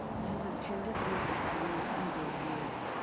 this is intended to make the guidelines easier to use.